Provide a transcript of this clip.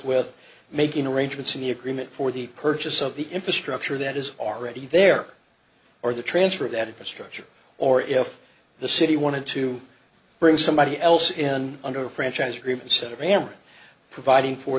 with making arrangements in the agreement for the purchase of the infrastructure that is already there or the transfer of that infrastructure or if the city wanted to bring somebody else in under a franchise agreement set of am providing for